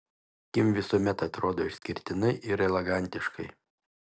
kim visuomet atrodo išskirtinai ir elegantiškai